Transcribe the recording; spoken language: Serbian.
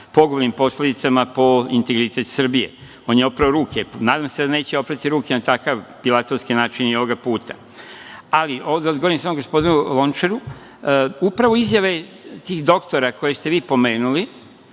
pogubnim posledicama po integritet Srbije. On je oprao ruke, nadam se da neće oprati ruke na takav platonski način i ovog puta. Ali, da odgovorim samo gospodinu Lončaru, upravo izjave tih doktora koje ste vi pomenuli,